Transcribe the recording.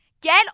get